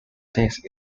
test